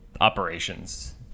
operations